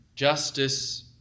Justice